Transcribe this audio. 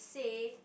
say